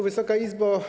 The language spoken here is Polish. Wysoka Izbo!